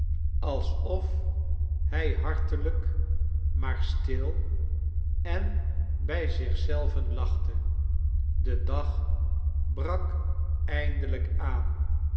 hij hartelijk maar stil en bij zich zelven lachte de dag brak eindelijk aan